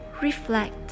reflect